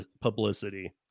publicity